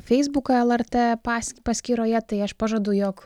feisbuką lrt pas paskyroje tai aš pažadu jog